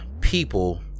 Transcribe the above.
people